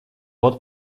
вот